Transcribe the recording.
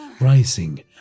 rising